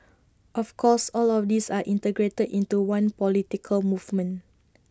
of course all of these are integrated into one political movement